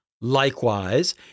Likewise